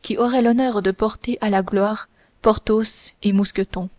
qui auraient l'honneur de porter à la gloire porthos et mousqueton